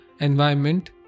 Environment